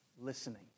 Listening